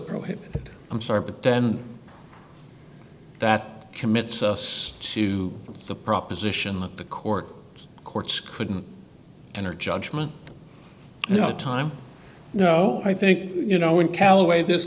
prohibited i'm sorry but then that commits us to the proposition that the court courts couldn't enter judgment no time no i think you know when callaway this